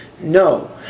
No